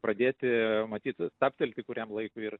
pradėti matyt stabtelti kuriam laikui ir